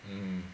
mm